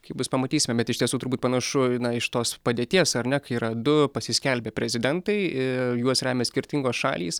kaip bus pamatysime bet iš tiesų turbūt panašu na iš tos padėties ar ne kai yra du pasiskelbę prezidentai juos remia skirtingos šalys